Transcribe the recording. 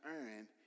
earn